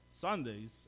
Sundays